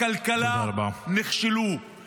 בכלכלה נכשלו -- תודה רבה.